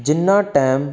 ਜਿੰਨਾ ਟਾਈਮ